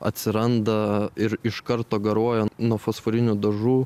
atsiranda ir iš karto garuoja nuo fosforinių dažų